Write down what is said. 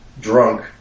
drunk